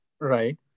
Right